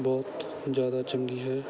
ਬਹੁਤ ਜ਼ਿਆਦਾ ਚੰਗੀ ਹੈ